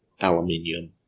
aluminium